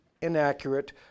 inaccurate